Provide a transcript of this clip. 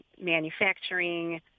manufacturing